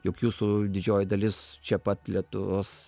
juk jūsų didžioji dalis čia pat lietuvos